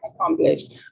accomplished